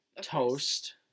Toast